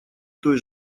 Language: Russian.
той